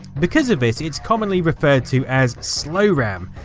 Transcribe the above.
because of this its commonly referred to as slow ram,